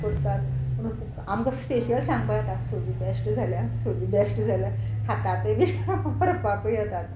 करतात पूण आमकां स्पेशल सांगपा येता सोजी बेश्ट जाल्या आं सोजी बेश्ट जाल्या आं खातातय बी व्हरपाकूय येतात